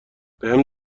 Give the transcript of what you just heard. بهم